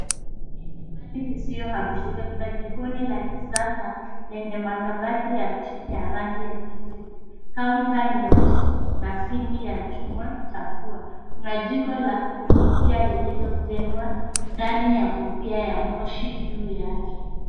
Hii ni mali isiyohamishika, Kuna jikoni ya kisasa yenye makabati ya kijivu, kaunta nyeusi na sinki ya chuma chapua. Kuna jiko la kupikia lililojengwa ndani ya kofia la moshi juu yake.